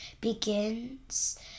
Begins